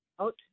out